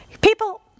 People